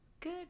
Good